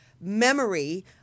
memory